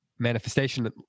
manifestation